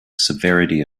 severity